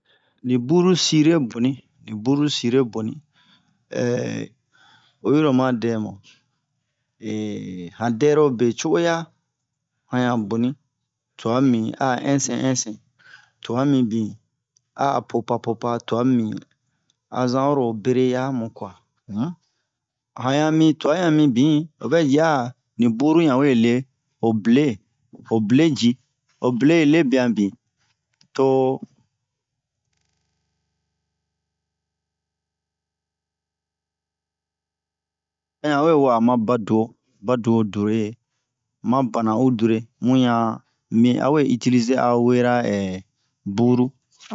ni buru sire boni ni buru sire boni oyi-ro oma dɛ mu han dɛrobe co'oya han ɲan boni tuwa mibin a a hɛnsɛn-hɛnsɛn tuwa mibin a a popa-popa tuwa mibin a zan oro bere yamu kuwa um han ɲan mi tuwa ɲan mibin o vɛ ji a ni buru ɲan we le wo ble ho ble ji ho ble yi lebiyan bin to a ɲan we wa'a ma badu'o badu'o dure ma bana'un dure mu ɲan mi awe itilize awera buru